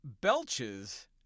belches